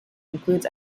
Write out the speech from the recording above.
includes